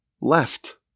left